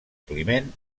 climent